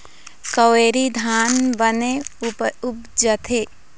कावेरी धान बने उपजथे?